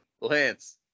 Lance